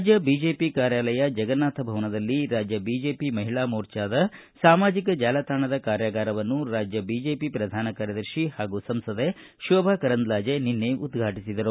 ರಾಜ್ಯ ಬಿಜೆಪಿ ಕಾರ್ಯಾಲಯ ಜಗನ್ನಾಥ ಭವನದಲ್ಲಿ ರಾಜ್ಯ ಬಿಜೆಪಿ ಮಹಿಳಾ ಮೋರ್ಚಾದ ಸಾಮಾಜಿಕ ಜಾಲತಾಣದ ಕಾರ್ಯಾಗಾರವನ್ನು ರಾಜ್ಯ ಬಿಜೆಪಿ ಪ್ರಧಾನ ಕಾರ್ಯದರ್ಶಿ ಹಾಗೂ ಸಂಸದೆ ಶೋಭಾ ಕರಂದ್ಲಾಜೆ ನಿನ್ನೆ ಉದ್ಘಾಟಿಸಿದರು